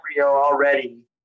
already